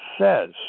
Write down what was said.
says